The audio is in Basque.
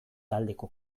taldeko